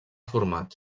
format